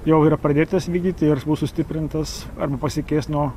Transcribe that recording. jau yra pradėtas vykdyti ir bus sustiprintas arba pasikeis nuo